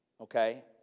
Okay